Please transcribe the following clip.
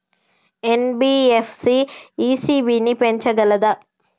NBFC ECB ని పెంచగలదా?